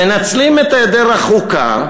מנצלים את היעדר החוקה,